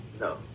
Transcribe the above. No